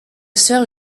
soeur